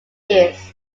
years